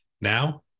Now